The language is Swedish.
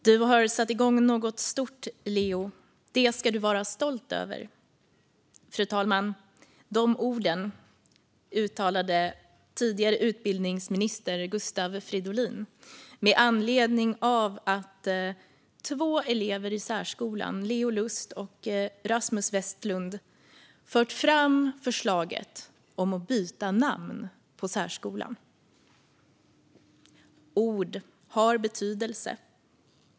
Fru talman! Du har satt igång något stort, Leo. Det ska du vara stolt över. Dessa ord uttalade den tidigare utbildningsministern Gustav Fridolin med anledning av att två elever i särskolan, Leo Lust och Rasmus Vestlund, fört fram förslaget om att byta namn på särskolan. Ord har betydelse.